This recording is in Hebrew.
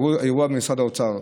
האירוע הוא במשרד האוצר.